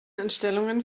entstellungen